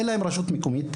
שאין להם רשות מקומית,